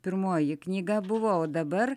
pirmoji knyga buvo o dabar